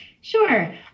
Sure